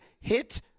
hit